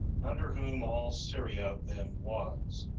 under whom all syria then was.